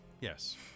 Yes